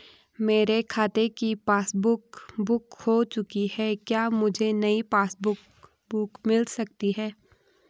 मेरे खाते की पासबुक बुक खो चुकी है क्या मुझे नयी पासबुक बुक मिल सकती है?